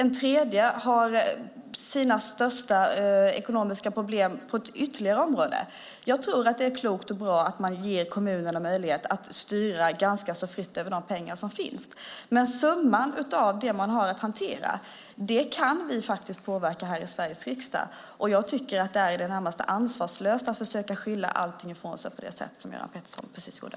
Några har sina största ekonomiska problem på något annat område. Jag tror att det är klokt att ge kommunerna möjlighet att styra ganska fritt över de pengar som finns. Summan av det man har att hantera kan vi påverka här i Sveriges riksdag. Jag tycker att det är i det närmaste ansvarslöst att försöka skylla ifrån sig på det sätt som Göran Pettersson just gjorde.